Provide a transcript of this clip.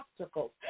obstacles